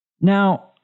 Now